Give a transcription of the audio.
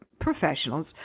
professionals